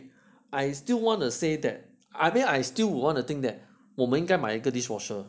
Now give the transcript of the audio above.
I still want to say that I think I still would wanna that say that 我们应该买一个 dishwasher